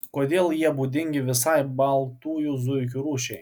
kodėl jie būdingi visai baltųjų zuikių rūšiai